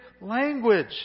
language